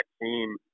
vaccine